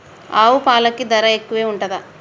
ఆవు పాలకి ధర ఎక్కువే ఉంటదా?